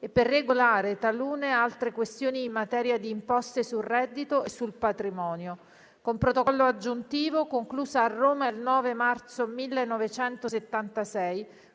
e per regolare talune altre questioni in materia di imposte sul reddito e sul patrimonio, con Protocollo aggiuntivo, conclusa a Roma il 9 marzo 1976,